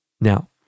Now